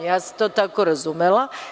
Ja sam to tako razumela.